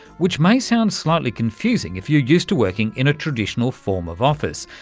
which may sound slightly confusing if you're used to working in a traditional form of office,